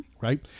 Right